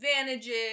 advantages